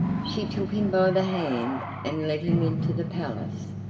she took him by the hand and let him into the palace,